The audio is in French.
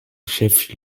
chef